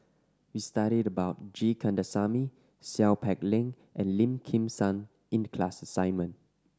we studied about G Kandasamy Seow Peck Leng and Lim Kim San in the class assignment